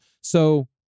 So-